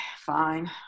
fine